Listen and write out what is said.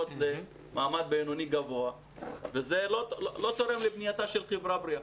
למעמד בינוני גבוה וזה לא תורם לבנייתה של חברה בריאה.